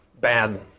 bad